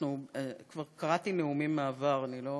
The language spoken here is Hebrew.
כבר קראתי נאומים מהעבר, אני לא